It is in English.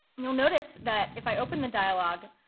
you'll notice that if i open the dialog,